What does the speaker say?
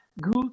good